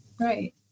Right